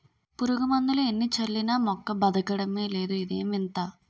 పురుగుమందులు ఎన్ని చల్లినా మొక్క బదకడమే లేదు ఇదేం వింత?